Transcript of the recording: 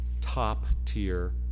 top-tier